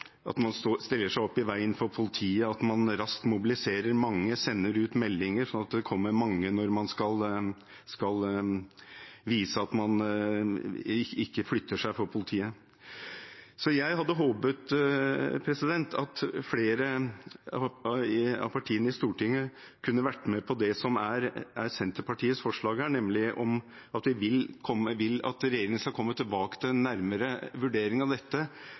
at man stiller seg opp i veien for politiet, at man raskt mobiliserer mange, sender ut meldinger slik at det kommer mange når man skal vise at man ikke flytter seg for politiet. Så jeg hadde håpet at flere av partiene i Stortinget kunne vært med på det som er Senterpartiets forslag her, nemlig at vi vil at regjeringen skal komme tilbake med en nærmere vurdering av dette,